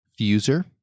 Fuser